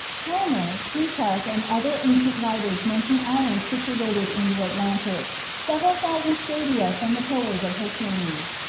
homer, plutarch, and other ancient writers mention islands situated in the atlantic, several thousand stadia from the pillars of hercules.